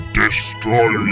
destroy